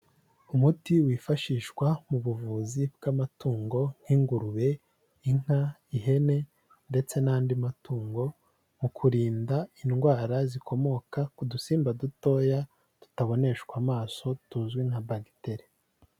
Umuti wifashishwa mu buvuzi bw'amatungo nk'ingurube, inka, ihene ndetse n'andi matungo mu kurinda indwara zikomoka ku dusimba dutoya tutaboneshwa amaso tuzwi nka bagiteri.